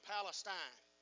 Palestine